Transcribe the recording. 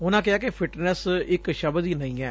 ਉਨਾਂ ਕਿਹਾ ਕਿ ਫਿੱਟਨਸ ਇਕ ਸ਼ਬਦ ਹੀ ਨਹੀ ਐ